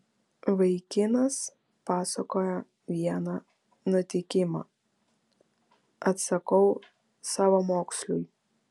vaikinas pasakoja vieną nutikimą atsakau savamoksliui